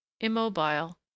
immobile